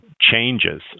changes